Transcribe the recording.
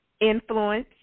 Influence